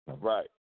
Right